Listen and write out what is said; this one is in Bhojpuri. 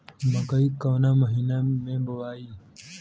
मकई कवना महीना मे बोआइ?